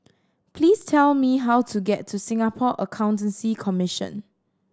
please tell me how to get to Singapore Accountancy Commission